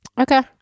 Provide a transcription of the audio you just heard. Okay